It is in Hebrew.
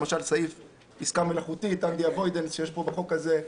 למשל סעיף עסקה מלאכותית שיש בחוק הזה,